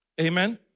Amen